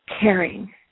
caring